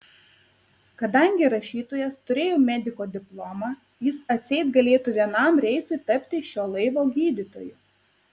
kadangi rašytojas turėjo mediko diplomą jis atseit galėtų vienam reisui tapti šio laivo gydytoju